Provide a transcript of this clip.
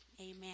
Amen